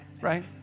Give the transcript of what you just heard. right